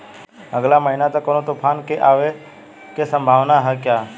अगले महीना तक कौनो तूफान के आवे के संभावाना है क्या?